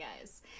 guys